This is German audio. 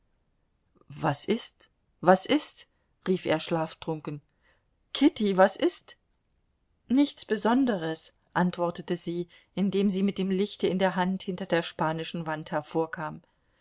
was ist was ist rief er schlaftrunken kitty was ist nichts besonderes antwortete sie indem sie mit dem lichte in der hand hinter der spanischen wand hervorkam